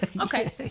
Okay